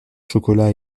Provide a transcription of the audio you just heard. chocolat